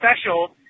special